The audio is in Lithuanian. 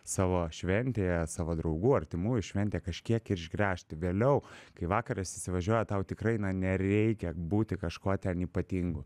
savo šventėje savo draugų artimųjų šventėj kažkiek ir išgręžti vėliau kai vakaras įsivažiuoja tau tikrai nereikia būti kažkuo ten ypatingu